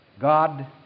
God